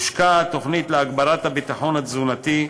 הושקה תוכנית להגברת הביטחון התזונתי,